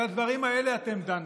על הדברים האלה אתם דנתם,